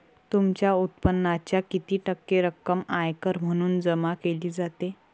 तुमच्या उत्पन्नाच्या किती टक्के रक्कम आयकर म्हणून जमा केली जाते?